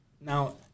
Now